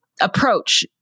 approach